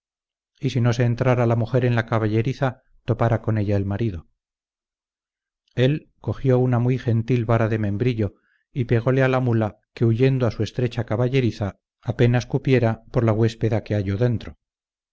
y si no se entrara la mujer en la caballeriza topara con ella el marido él cogió una muy gentil vara de membrillo y pegole a la mula que huyendo a su estrecha caballeriza apenas cupiera por la huéspeda que halló dentro